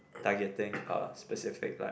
targeting uh specific like